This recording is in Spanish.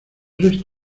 resto